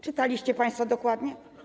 Czytaliście państwo dokładnie?